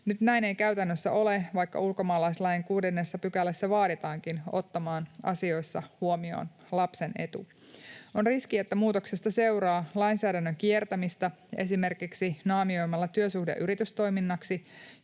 Nyt näin ei käytännössä ole, vaikka ulkomaalaislain 6 §:ssä vaaditaankin ottamaan asioissa huomioon lapsen etu. On riski, että muutoksesta seuraa lainsäädännön kiertämistä esimerkiksi naamioimalla työsuhde yritystoiminnaksi,